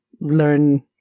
learn